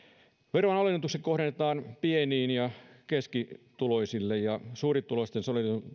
veronalennukset kohdennetaan pieni ja keskituloisille ja suurituloisten